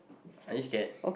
you are scared